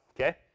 okay